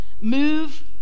Move